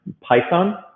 Python